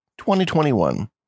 2021